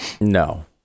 no